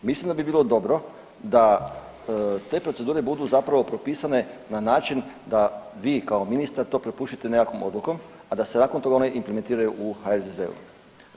Mislim da bi bilo dobro da te procedure budu zapravo propisane na način da vi kao ministar to prepustite nekakvom odlukom, a da se nakon toga one implementiraju u HRZZ-u.